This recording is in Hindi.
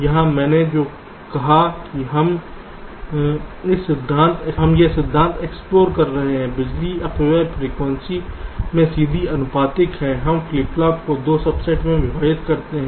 यहाँ मैंने जो कहा है कि हम इस सिद्धांत एक्सप्लोर कर रहे हैं बिजली अपव्यय फ्रिकवेंसी के सीधे आनुपातिक है हम फ्लिप फ्लॉप को 2 सबसेट में विभाजित करते हैं